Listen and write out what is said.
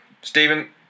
Stephen